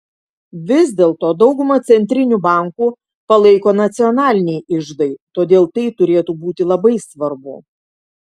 vis dėlto daugumą centrinių bankų palaiko nacionaliniai iždai todėl tai neturėtų būti labai svarbu